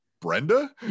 Brenda